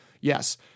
Yes